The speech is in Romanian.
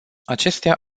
acestea